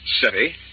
City